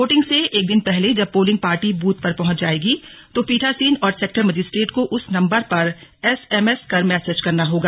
voting से एक दिन पहले जब पोलिंग पार्टी बूथ पर पहुंच जाएगी तो पीठासीन और सैक्टर मजिस्ट्रेट को उस नंबर पर एस एम एस कर मैसेज करना होगा